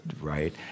right